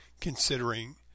considering